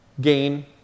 gain